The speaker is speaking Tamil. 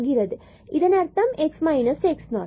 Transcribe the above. இதன் அர்த்தம் x x0 ஆகும்